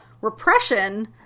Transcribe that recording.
repression